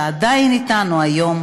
שעדיין אתנו היום,